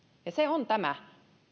ja se on tämä